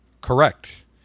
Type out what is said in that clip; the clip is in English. Correct